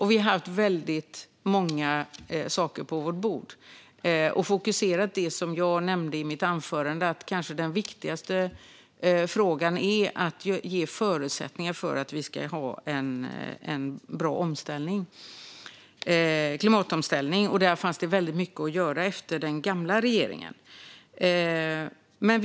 Vi har haft väldigt många saker på vårt bord. Som jag nämnde i mitt anförande är kanske det viktigaste att skapa bra förutsättningar för en klimatomställning. Där fanns det väldigt mycket att göra efter den gamla regeringen.